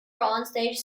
onstage